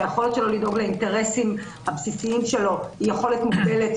ושהיכולת שלו לדאוג לאינטרסים שלו היא יכולת מוגבלת,